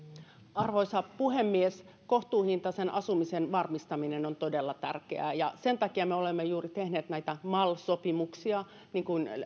arvoisa puhemies kohtuuhintaisen asumisen varmistaminen on todella tärkeää ja sen takia me olemme juuri tehneet näitä mal sopimuksia niin kuin